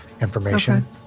information